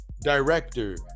director